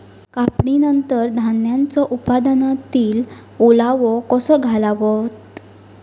कापणीनंतर धान्यांचो उत्पादनातील ओलावो कसो घालवतत?